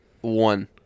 one